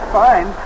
fine